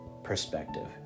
Perspective